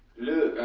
look,